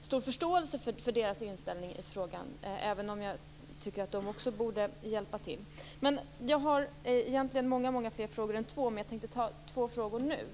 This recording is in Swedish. stor förståelse för u-ländernas inställning i frågan, även om jag tycker att de också borde hjälpa till. Jag har egentligen fler frågor än två, men jag tänker ta två frågor nu.